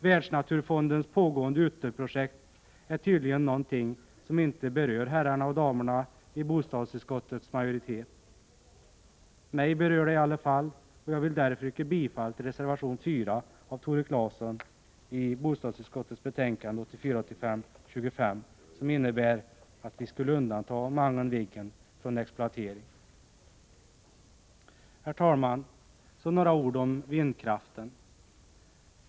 Världsnaturfondens pågående utterprojekt är tydligen någonting som inte berör herrarna och damerna i bostadsutskottets majoritet. Mig berör detta i aila fall, och jag vill därför yrka bifall till reservation 4 av Tore Claeson i bostadsutskottets betänkande 1984/85:25, som innebär att Mangen-Viggen undantas från exploatering. Herr talman! Så några ord om vindkraften.